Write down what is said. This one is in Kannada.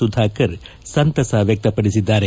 ಸುಧಾಕರ್ ಸಂತಸ ವ್ಯಕ್ತಪಡಿಸಿದ್ದಾರೆ